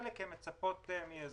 וחלק מהן מצפות לעזרה.